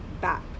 back